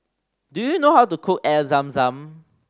do you know how to cook Air Zam Zam